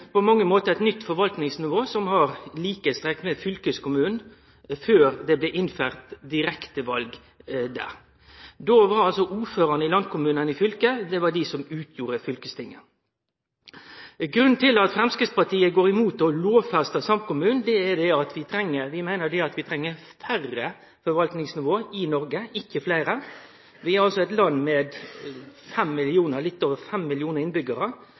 nytt forvaltingsnivå som har likskapstrekk med fylkeskommunen før det blei innført direkteval der. Då var det ordførarane i landkommunane i fylket som utgjorde fylkestinget. Grunnen til at Framstegspartiet går imot å lovfeste samkommunen, er at vi meiner at vi treng færre forvaltingsnivå i Noreg, ikkje fleire. Vi er altså eit land med litt over 5 millionar innbyggjarar, som er litt